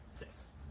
Yes